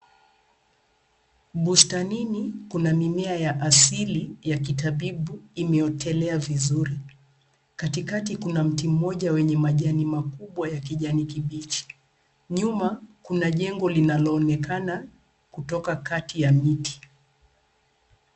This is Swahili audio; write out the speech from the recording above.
Bustanini kuna mimea ya asili ya kitabibu imeotelea vizuri. Katikati kuna mti mmoja wenye majani makubwa ya kijani kibichi. Nyuma kuna jengo linaloonekana kutoka kati ya miti.